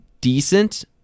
decent